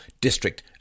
district